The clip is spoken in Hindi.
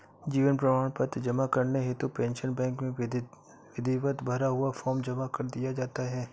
जीवन प्रमाण पत्र जमा करने हेतु पेंशन बैंक में विधिवत भरा हुआ फॉर्म जमा कर दिया जाता है